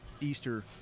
Easter